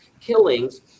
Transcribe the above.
killings